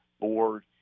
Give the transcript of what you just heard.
board